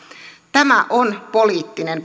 tämä on poliittinen